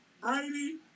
Brady